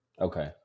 Okay